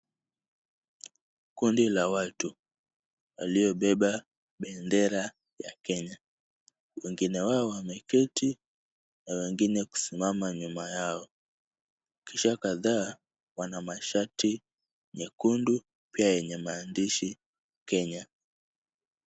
Kundi la watu waliobeba bendera ya Kenya. Wengine wao wameketi na wengine kusimama nyuma yao. Kisha kadhaa wana mashati nyekundu pia yenye maandishi Kenya.